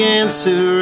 answer